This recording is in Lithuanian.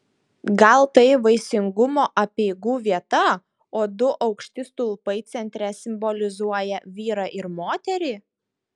gal tai vaisingumo apeigų vieta o du aukšti stulpai centre simbolizuoja vyrą ir moterį